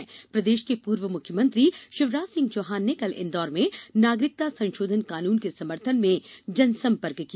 इसी कड़ी में प्रदेष के पूर्व मुख्यमंत्री षिवराजसिंह चौहान ने कल इंदौर में नागरिकता संशोधन कानून के समर्थन में जनसंपर्क किया